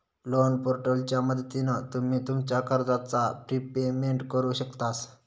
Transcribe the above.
loan पोर्टलच्या मदतीन तुम्ही तुमच्या कर्जाचा प्रिपेमेंट करु शकतास